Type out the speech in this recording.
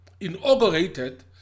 inaugurated